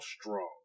strong